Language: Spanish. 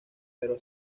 pero